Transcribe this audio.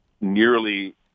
nearly